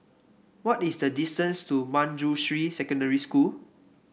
what is the distance to Manjusri Secondary School